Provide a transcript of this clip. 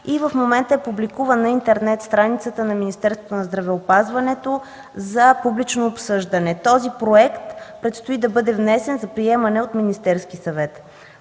г. В момента е публикуван на интернет страницата на Министерството на здравеопазването за публично обсъждане. Този проект предстои да бъде внесен за приемане от Министерския съвет.